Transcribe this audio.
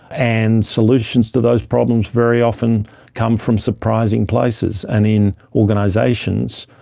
and solutions to those problems very often come from surprising places. and in organisations,